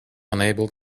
unable